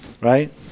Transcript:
Right